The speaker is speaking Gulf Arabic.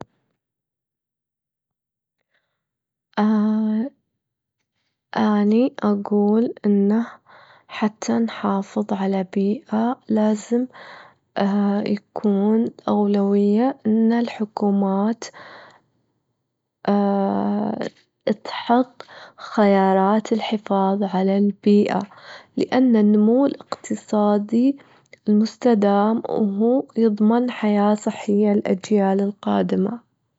أني أجول إنه حتى نحافظ على بيئة؛ لازم يكون أولويات الحكومات، إتحط خيارات الحفاظ على البيئة، لأن النمو الأقتصادي المستدام هو بيضمن حياة صحية للأجيال القادمة.